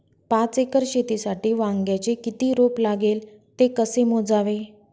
पाच एकर शेतीसाठी वांग्याचे किती रोप लागेल? ते कसे मोजावे?